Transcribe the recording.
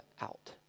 out